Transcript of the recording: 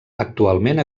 actualment